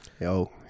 Yo